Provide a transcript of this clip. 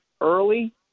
early